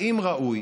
האם ראוי